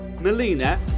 Melina